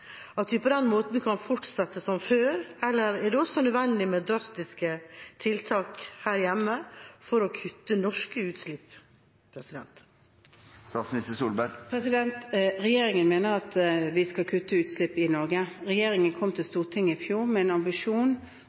at vi på den måten kan fortsette som før, eller er det også nødvendig med drastiske tiltak her hjemme for å kutte norske utslipp? Regjeringen mener at vi skal kutte utslipp i Norge. Regjeringen kom, etter enighet med Kristelig Folkeparti og Venstre, til Stortinget i fjor med en ambisjon